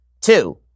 Two